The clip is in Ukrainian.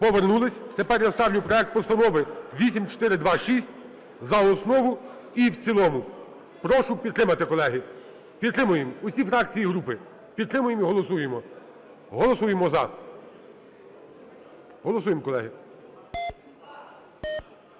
Повернулись. Тепер я ставлю проект постанови 8426 за основу і в цілому. Прошу підтримати, колеги, підтримуємо. Всі фракції і групи, підтримуємо і голосуємо. Голосуємо "за". Голосуємо, колеги.